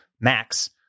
max